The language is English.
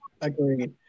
Agreed